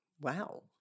Wow